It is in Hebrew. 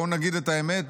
בואו נגיד את האמת,